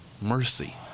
mercy